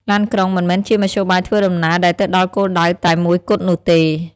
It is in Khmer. ឡានក្រុងមិនមែនជាមធ្យោបាយធ្វើដំណើរដែលទៅដល់គោលដៅតែមួយគត់នោះទេ។